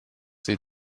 sie